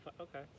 Okay